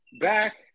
back